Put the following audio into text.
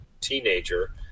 teenager